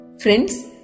Friends